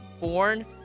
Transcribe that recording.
born